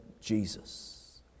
Jesus